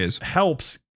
helps